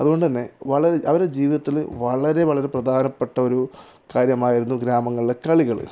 അതുകൊണ്ടു തന്നെ വളരെ അവരുടെ ജീവിതത്തില് വളരെ വളരെ പ്രധാനപ്പെട്ട ഒരു കാര്യമായിരുന്നു ഗ്രാമങ്ങളിലെ കളികള്